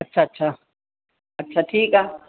अच्छा अच्छा अच्छा ठीकु आहे